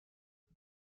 och